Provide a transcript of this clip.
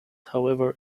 however